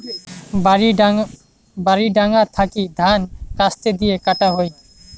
বাড়ি ডাঙা থাকি ধান কাস্তে দিয়ে কাটা হই